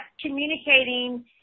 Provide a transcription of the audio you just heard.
communicating